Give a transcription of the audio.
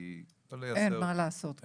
כי --- אין מה לעשות.